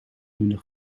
minder